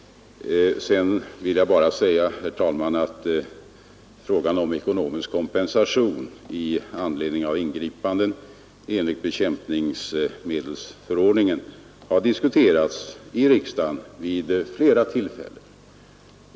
Sedan vill jag bara säga, herr talman, att frågan om ekonomisk kompensation i anledning av ingripanden enligt bekämpningsmedelsförordningen har diskuterats i riksdagen vid flera tillfällen.